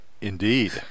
Indeed